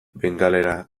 bengalera